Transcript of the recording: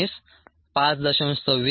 26 आहे 1 भागिले 0